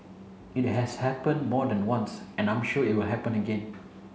it has happened more than once and I'm sure it will happen again